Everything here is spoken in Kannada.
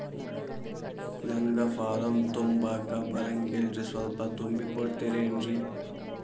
ನಂಗ ಫಾರಂ ತುಂಬಾಕ ಬರಂಗಿಲ್ರಿ ಸ್ವಲ್ಪ ತುಂಬಿ ಕೊಡ್ತಿರೇನ್ರಿ?